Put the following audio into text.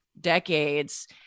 decades